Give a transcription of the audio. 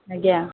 ଆଜ୍ଞା